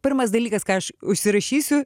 pirmas dalykas ką aš užsirašysiu